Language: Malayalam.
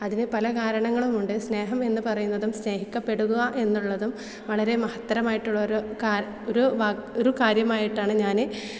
അതിന് പല കാരണങ്ങളും ഉണ്ട് സ്നേഹം എന്ന് പറയുന്നതും സ്നേഹിക്കപ്പെടുക എന്നുള്ളതും വളരേ മഹത്തരമായിട്ടുള്ള ഒരു ഒരു കാര്യമായിട്ടാണ് ഞാൻ